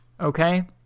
okay